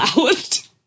out